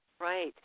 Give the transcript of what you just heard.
right